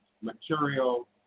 material